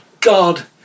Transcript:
God